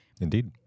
Indeed